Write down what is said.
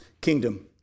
kingdom